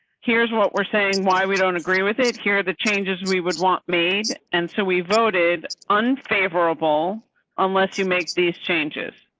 here's what we're saying. why we don't agree with it. here are the changes we would want made and so we voted unfavorable unless you make these changes.